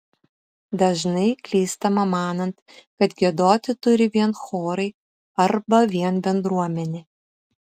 dažnai klystama manant kad giedoti turi vien chorai arba vien bendruomenė